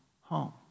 home